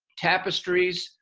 tapestries,